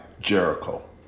jericho